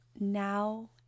now